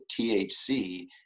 THC